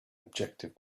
objective